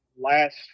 Last